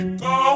go